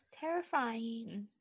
terrifying